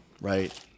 right